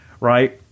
right